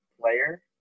player